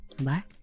Bye